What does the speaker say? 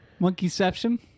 Monkeyception